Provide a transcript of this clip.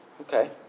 Okay